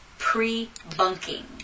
Pre-bunking